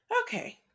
Okay